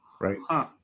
right